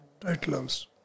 titles